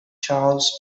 charles